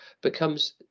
becomes